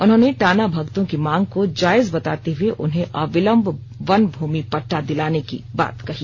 उन्होंने टाना भगतों की मांगों को जायज बताते हुए उन्हें अविलंब वन भूमि पट्टा दिलाने की बात कही